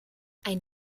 ein